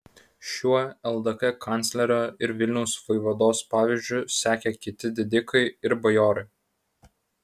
šiuo ldk kanclerio ir vilniaus vaivados pavyzdžiu sekė kiti didikai ir bajorai